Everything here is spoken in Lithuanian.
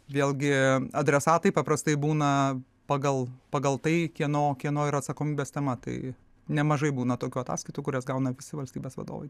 vėlgi adresatai paprastai būna pagal pagal tai kieno kieno yra atsakomybės tema tai nemažai būna tokių ataskaitų kurias gauna visi valstybės vadovai